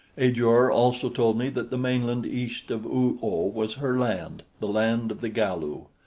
ajor also told me that the mainland east of oo-oh was her land the land of the galu.